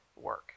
work